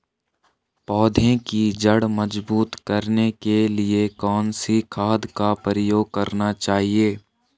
पौधें की जड़ मजबूत करने के लिए कौन सी खाद का प्रयोग करना चाहिए?